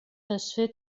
desfer